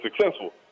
successful